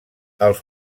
els